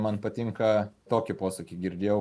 man patinka tokį posakį girdėjau